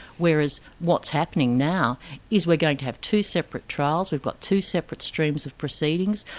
whereas what's happening now is we're going to have two separate trials, we've got two separate streams of proceedings,